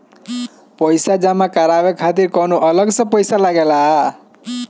पईसा जमा करवाये खातिर कौनो अलग से पईसा लगेला?